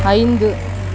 ஐந்து